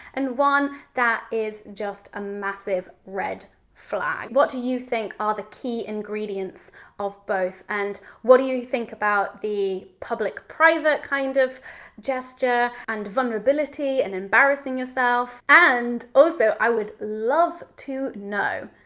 and one that is just a massive red flag. what do you think are the key ingredients of both. and what do you you think about the public private kind of gesture and vulnerability and embarrassing yourself? and also, i would love to know,